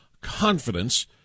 confidence